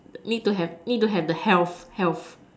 need to have need to have the health health